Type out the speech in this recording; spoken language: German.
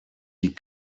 die